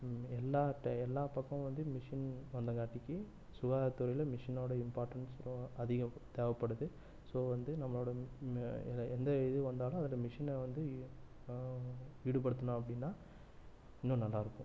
எல்லா ட எல்லா பக்கம் வந்து மிஷின் வந்தங்காட்டிக்கு சுகாதாரத்துறையில் மிஷினோட இம்பார்ட்டண்ஸ் அதிகம் தேவைப்படுது ஸோ வந்து நம்மளோட மே எந்த இது வந்தாலும் அதில் மிஷினை வந்து ஈ ஈடுபடுத்துனோம் அப்படின்னா இன்னும் நல்லா இருக்கும்